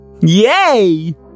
Yay